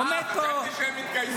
אבל עומד פה --- אה, חשבתי שהם יתגייסו.